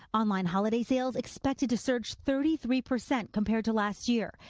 online holiday sales expected to surge thirty three percent compared to last year.